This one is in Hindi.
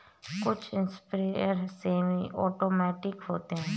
कुछ स्प्रेयर सेमी ऑटोमेटिक होते हैं